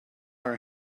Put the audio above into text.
her